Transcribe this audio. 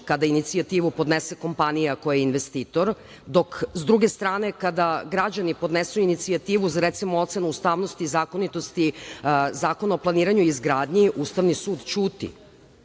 kada inicijativu podnese kompanija koja je investitor, a dok sa druge strane, kada građani podnesu inicijativu za, recimo, ocenu ustavnosti i zakonitosti Zakona o planiranju i izgradnji, Ustavni sud ćuti,